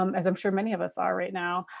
um as i'm sure many of us are right now.